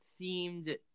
themed